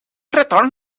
return